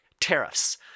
Tariffs